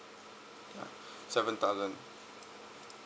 ya seven thousand